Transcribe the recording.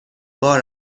بار